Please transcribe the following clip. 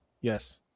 Yes